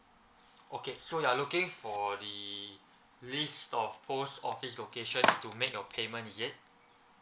okay so you are looking for the list of post office location to make your payment is it